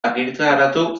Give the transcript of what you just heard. argitaratu